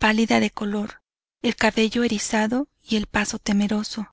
pálida la color el cabello erizado y el paso temeroso